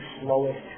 slowest